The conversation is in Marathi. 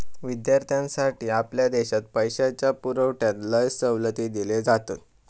विद्यार्थ्यांसाठी आपल्या देशात पैशाच्या पुरवठ्यात लय सवलती दिले जातत